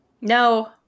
No